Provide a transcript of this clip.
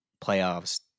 playoffs